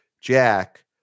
Jack